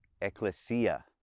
ecclesia